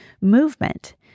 movement